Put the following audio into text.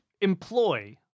Employ